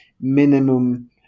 minimum